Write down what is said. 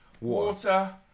Water